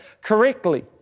correctly